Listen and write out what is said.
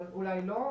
אבל אולי לא,